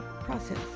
process